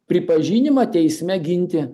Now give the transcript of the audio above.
pripažinimą teisme ginti